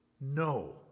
No